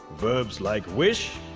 verbs like wish,